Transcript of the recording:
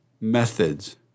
methods